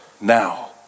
Now